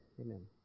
Amen